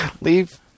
Leave